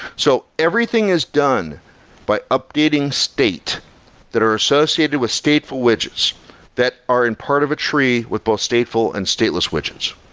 so everything is done by updating state that are associated with stateful widgets that are in part of a tree with both stateful and stateless widgets.